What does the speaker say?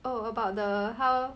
oh about the how